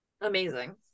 Amazing